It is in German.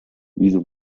wieso